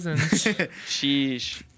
Sheesh